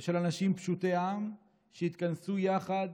ושל אנשים פשוטי עם, שהתכנסו יחד